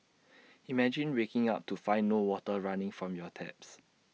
imagine waking up to find no water running from your taps